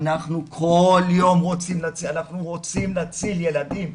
אנחנו כל יום רוצים להציל ילדים.